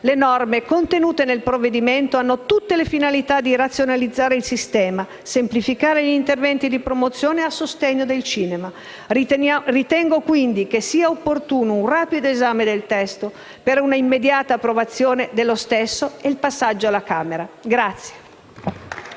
le norme contenute nel provvedimento in esame hanno tutte la finalità di razionalizzare il sistema e semplificare gli interventi di promozione e sostegno al cinema. Ritengo, quindi, opportuno un rapido esame del testo per una immediata approvazione dello stesso e il passaggio alla Camera.